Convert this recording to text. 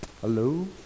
Hello